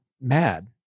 mad